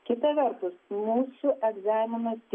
kita vertus mūsų egzaminas